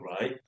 right